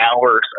hours